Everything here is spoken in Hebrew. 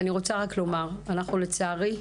לצערי,